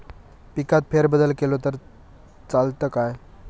पिकात फेरबदल केलो तर चालत काय?